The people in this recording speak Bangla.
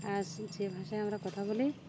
আর সে ভাষায় আমরা কথা বলি